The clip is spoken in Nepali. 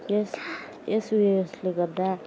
यस यस उ यसले गर्दा